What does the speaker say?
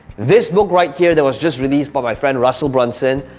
this book right here that was just released by my friend russell brunson.